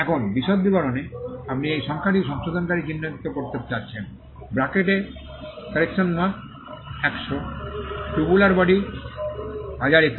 এখন বিশদ বিবরণে আপনি এই সংখ্যাটি সংশোধনকারী চিহ্নিত করতে যাচ্ছেন ব্রাকেট এ কারেকশন মার্ক 100 টুবুলার বডি 102